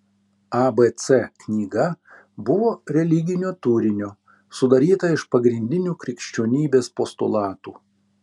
abc knyga buvo religinio turinio sudaryta iš pagrindinių krikščionybės postulatų